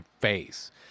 face